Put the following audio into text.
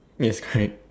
yes correct